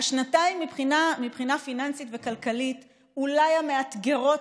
שנתיים שמבחינה פיננסית וכלכלית הן אולי המאתגרות